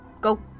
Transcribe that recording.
Go